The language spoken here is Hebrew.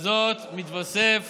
על זאת מתווסף